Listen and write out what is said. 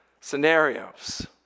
scenarios